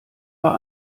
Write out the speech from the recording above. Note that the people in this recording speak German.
bei